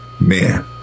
man